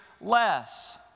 less